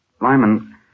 Lyman